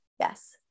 Yes